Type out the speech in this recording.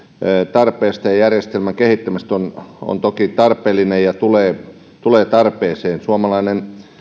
tarpeesta ja ja järjestelmän kehittämisestä on on toki tarpeellinen ja tulee tulee tarpeeseen suomalainen